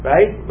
Right